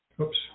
Oops